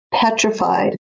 petrified